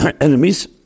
enemies